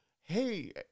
hey